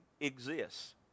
exists